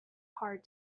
hard